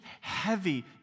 heavy